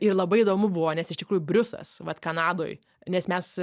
ir labai įdomu buvo nes iš tikrųjų briusas vat kanadoj nes mes